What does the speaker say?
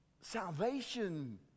Salvation